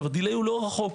הוא לא רחוק.